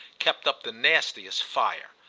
kept up the nastiest fire.